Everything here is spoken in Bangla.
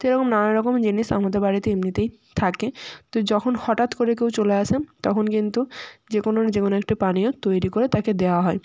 তো এরকম নানা রকম জিনিস আমাদের বাড়িতে এমনিতেই থাকে তো যখন হঠাৎ করে কেউ চলে আসে তখন কিন্তু যে কোনোর যে কোনো একটা পানীয় তৈরি করে তাকে দেওয়া হয়